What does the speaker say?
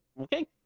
Okay